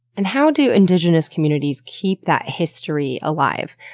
and how do indigenous communities keep that history alive?